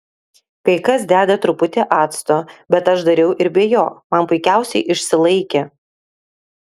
kai kas deda truputį acto bet aš dariau ir be jo man puikiausiai išsilaikė